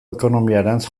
ekonomiarantz